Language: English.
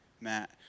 Matt